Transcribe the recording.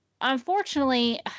unfortunately